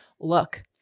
look